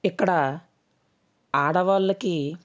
ఇక్కడ ఆడవాళ్ళకి